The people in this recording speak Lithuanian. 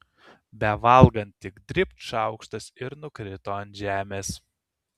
bevalgant tik dribt šaukštas ir nukrito ant žemės